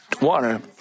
water